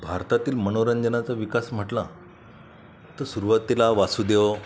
भारतातील मनोरंजनाचा विकास म्हटला तर सुरुवातीला वासुदेव